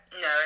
no